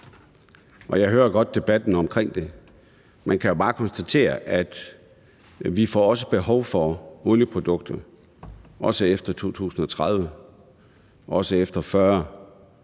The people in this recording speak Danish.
Jeg hører godt debatten om det, men man kan jo bare konstatere, at vi også får behov for olieproduktet efter 2030, også efter 2040